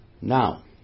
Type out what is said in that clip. Now